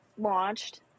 launched